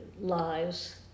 lives